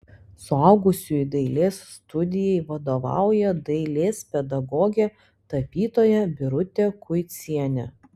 suaugusiųjų dailės studijai vadovauja dailės pedagogė tapytoja birutė kuicienė